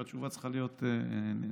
והתשובה צריכה להיות נכונה.